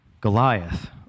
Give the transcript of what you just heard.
Goliath